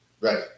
Right